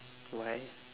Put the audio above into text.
why